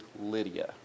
Lydia